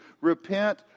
repent